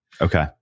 Okay